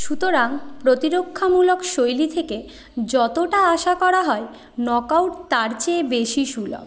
সুতরাং প্রতিরক্ষামূলক শৈলী থেকে যতটা আশা করা হয় নক আউট তার চেয়ে বেশি সুলভ